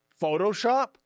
Photoshop